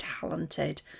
talented